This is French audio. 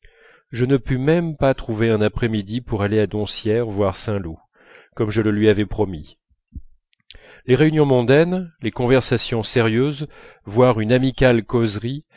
je ne pus même pas trouver un après-midi pour aller à doncières voir saint loup comme je le lui avais promis les réunions mondaines les conversations sérieuses voire une amicale causerie